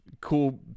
cool